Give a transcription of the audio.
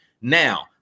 now